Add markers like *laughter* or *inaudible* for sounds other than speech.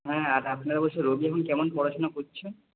হ্যাঁ *unintelligible* রবি এখন কেমন পড়াশোনা করছে